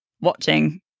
watching